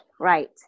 right